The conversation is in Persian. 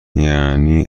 یعنی